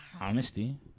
Honesty